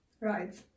Right